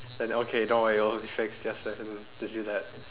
and okay don't worry we'll fix yes sir can do that